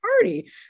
party